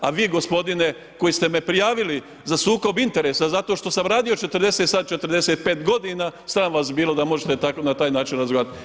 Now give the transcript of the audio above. A vi gospodine koji ste me prijavili za sukob interesa zato što sam radio 40, sada 45 godina sram vas bilo da možete na taj način razgovarati.